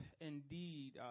indeed